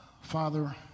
Father